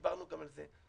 דיברנו גם על זה.